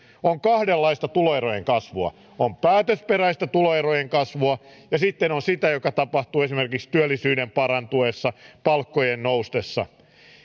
on kahdenlaista tuloerojen kasvua on päätösperäistä tuloerojen kasvua ja sitten on sitä joka tapahtuu esimerkiksi työllisyyden parantuessa palkkojen noustessa